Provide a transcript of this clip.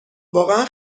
واقعا